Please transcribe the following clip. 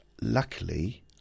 luckily